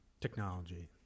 technology